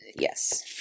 yes